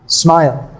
smile